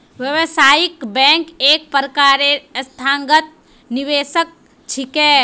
व्यावसायिक बैंक एक प्रकारेर संस्थागत निवेशक छिके